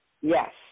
Yes